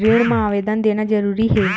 ऋण मा आवेदन देना जरूरी हे?